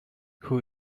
who